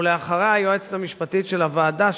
ואחריה היועצת המשפטית של הוועדה,